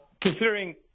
Considering